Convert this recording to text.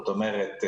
זאת אומרת,